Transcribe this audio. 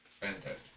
Fantastic